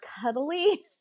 cuddly